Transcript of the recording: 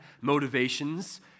motivations